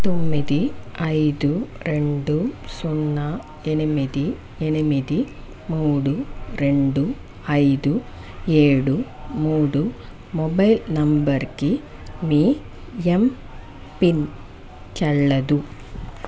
తొమ్మిది ఐదు రెండు సున్నా ఎనిమిది ఎనిమిది మూడు రెండు ఐదు ఏడు మూడు మొబైల్ నంబరుకి మీ ఎంపిన్ చెల్లదు